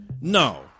No